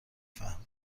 فهمه